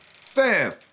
Fam